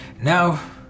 Now